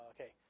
Okay